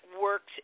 works